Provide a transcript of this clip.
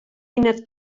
ina